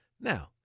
now